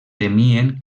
temien